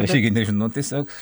aš irgi nežinau tiesiog